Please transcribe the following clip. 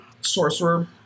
sorcerer